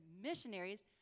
missionaries